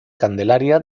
candelaria